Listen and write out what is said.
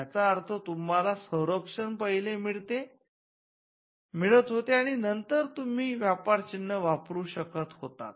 याचा अर्थ तुम्हाला संरक्षण पहिले मिळत होते आणि नंतर तुम्ही व्यापर चिन्ह वापरू शकत होतात